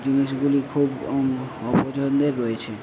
জিনিসগুলি খুব অপছন্দের রয়েছে